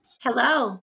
Hello